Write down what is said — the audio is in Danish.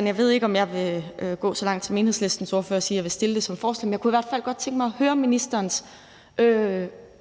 Jeg ved ikke, om jeg vil gå så langt som Enhedslistens ordfører til at sige, at jeg vil stille det som forslag, men jeg kunne i hvert fald godt tænke mig at høre ministerens